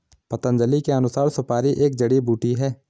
पतंजलि के अनुसार, सुपारी एक जड़ी बूटी है